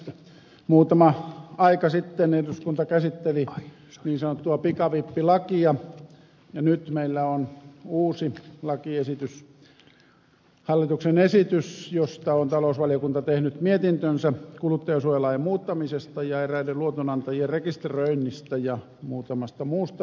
muutama aika sitten eduskunta käsitteli niin sanottua pikavippilakia ja nyt meillä on uusi lakiesitys hallituksen esitys josta on talousvaliokunta tehnyt mietintönsä kuluttajansuojalain muuttamisesta ja eräiden luotonantajien rekisteröinnistä ja muutamasta muusta laista